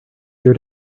your